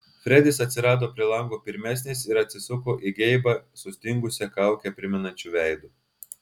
fredis atsirado prie lango pirmesnis ir atsisuko į geibą sustingusią kaukę primenančiu veidu